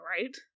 right